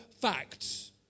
facts